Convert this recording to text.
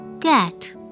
cat